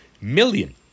million